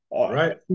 Right